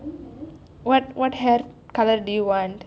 what what hair colour do you want